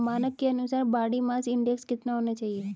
मानक के अनुसार बॉडी मास इंडेक्स कितना होना चाहिए?